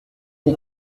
des